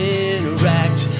interact